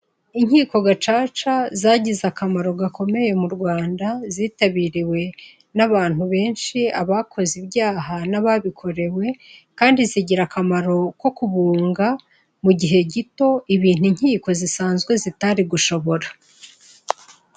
Inkiko gacaca zagize akamaro gakomeye mu Rwanda zitabiriwe n'abantu benshi abakoze ibyaha n'ababikorewe kandi zigira akamaro ko kubunga mu gihe gito ibintu inkiko zisanzwe zitari gushobora.